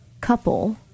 couple